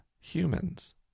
humans